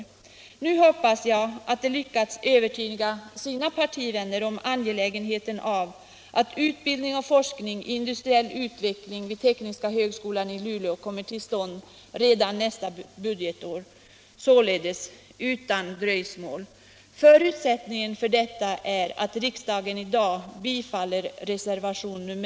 Jag hoppas att de nu lyckats övertyga sina partivänner om angelägenheten av att utbildning och forskning i industriell utveckling vid tekniska högskolan i Luleå kommer till stånd redan nästa budgetår — således utan dröjsmål. Förutsättningen för detta är att riksdagen i dag bifaller reservationen 9.